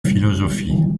philosophie